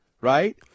right